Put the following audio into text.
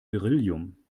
beryllium